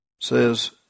says